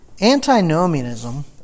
Antinomianism